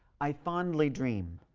i fondly dream!